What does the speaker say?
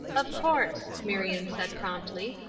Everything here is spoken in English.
of course, marion said, promptly.